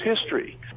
history